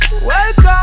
welcome